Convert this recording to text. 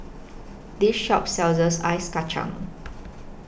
This Shop Ice Kachang